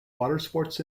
watersports